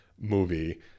movie